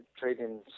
trading